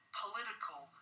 political